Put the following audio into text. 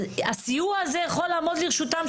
הסיוע הזה יכול לעמוד לרשותן,